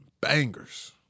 bangers